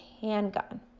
handgun